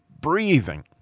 breathing